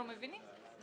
אנחנו מבינים,